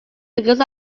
because